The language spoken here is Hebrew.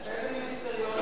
באיזה מיניסטריון?